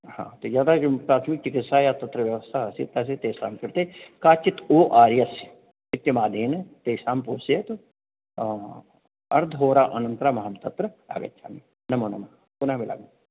हा त् यदा किं प्राथमिकचिकित्सायाः तत्र व्यवस्था आसीत् तर्हि तेषां कृते काचित् ओ आर् यस् इत्यमादेन तेषां पोषयतु अर्धहोरा अनन्तरम् अहं तत्र आगच्छामि नमो नमः पुनः मिलामि